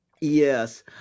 Yes